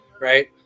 right